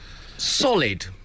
Solid